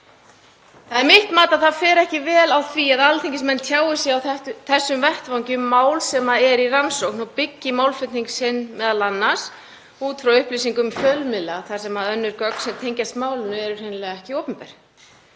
Það er mitt mat að það fari ekki vel á því að alþingismenn tjái sig á þessum vettvangi um mál sem eru í rannsókn og byggi málflutning sinn m.a. á upplýsingum fjölmiðla þar sem önnur gögn sem tengjast málinu eru hreinlega ekki opinber.